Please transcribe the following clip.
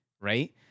right